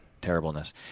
terribleness